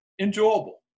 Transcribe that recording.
enjoyable